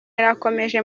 irakomeje